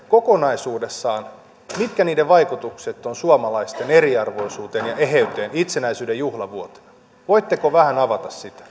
kokonaisuudessaan hallituksen päätösten vaikutukset suomalaisten eriarvoisuuteen ja eheyteen itsenäisyyden juhlavuotena voitteko vähän avata sitä